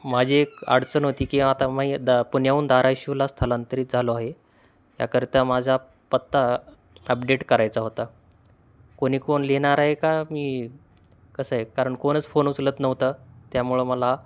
माझी एक अडचण होती की आता मी द पुण्याहून धाराशिवला स्थलांतरित झालो आहे याकरिता माझा पत्ता अपडेट करायचा होता कोणी कोण लिहिणार आहे का मी कसं आहे कारण कोणच फोन उचलत नव्हतं त्यामुळे मला